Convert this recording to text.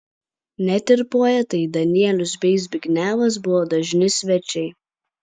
net ir poetai danielius bei zbignevas buvo dažni svečiai